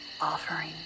offering